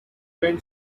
when